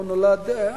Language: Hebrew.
הוא נולד,